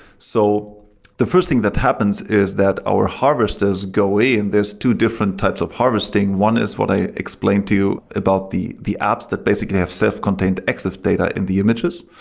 so the first thing that happens is that our harvesters go in. there're two different types of harvesting. one is what i explained to you about the the apps that basically have self-contained exif data in the images.